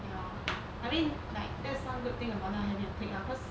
ya I mean like there's one good thing about not having a clique lah cause